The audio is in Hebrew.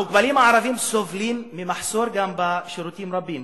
המוגבלים הערבים סובלים ממחסור בשירותים רבים,